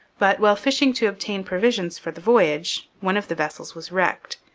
but, while fishing to obtain provisions for the voyage, one of the vessels was wrecked,